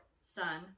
son